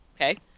Okay